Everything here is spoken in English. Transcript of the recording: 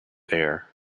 air